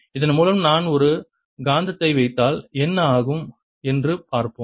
இதன் மூலம் நான் ஒரு காந்தத்தை வைத்தால் என்ன ஆகும் என்று பார்ப்போம்